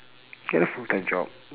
ya full time job